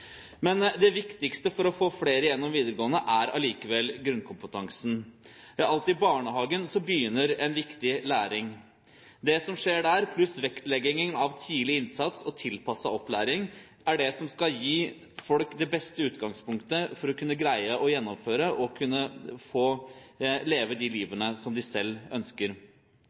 Men det viktigste for å få flere igjennom videregående er allikevel grunnkompetansen. Alt i barnehagen begynner en viktig læring. Det som skjer der, pluss vektlegging av tidlig innsats og tilpasset opplæring, er det som skal gi folk det beste utgangspunktet for å kunne greie å gjennomføre og kunne få leve det livet som de selv ønsker.